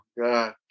God